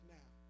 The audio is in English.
now